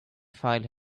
file